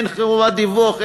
אין חובת דיווח,